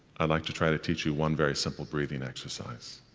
i'd like to try to teach you one very simple breathing exercise.